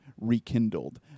rekindled